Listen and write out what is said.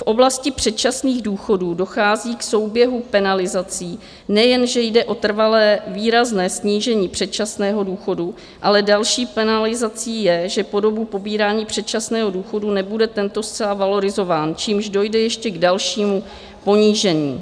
V oblasti předčasných důchodů dochází k souběhu penalizací nejenže jde o trvalé výrazné snížení předčasného důchodu, ale další penalizací je, že po dobu pobírání předčasného důchodu nebude tento zcela valorizován, čímž dojde ještě k dalšímu ponížení.